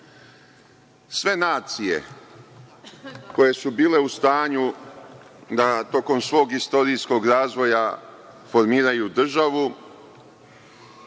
Sve nacije koje su bile u stanju da tokom svog istorijskog razvoja formiraju državu,